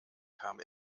kam